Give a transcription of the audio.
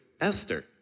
Esther